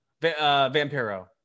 Vampiro